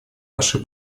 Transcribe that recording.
нашей